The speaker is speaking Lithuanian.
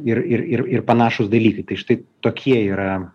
ir ir ir ir panašūs dalykai tai štai tokie yra